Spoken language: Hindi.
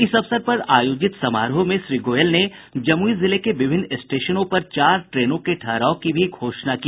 इस अवसर पर आयोजित समारोह में श्री गोयल ने जमुई जिले के विभिन्न स्टेशनों पर चार ट्रेनों के ठहराव की भी घोषणा की